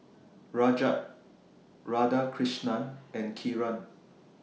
Rajat Radhakrishnan and Kiran